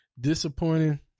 disappointing